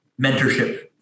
mentorship